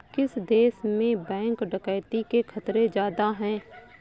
किस देश में बैंक डकैती के खतरे ज्यादा हैं?